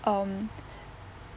um